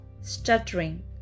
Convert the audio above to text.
stuttering